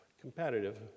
competitive